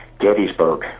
Gettysburg